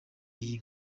iyi